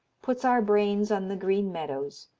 puts our brains on the green meadows,